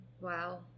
Wow